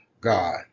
God